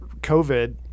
COVID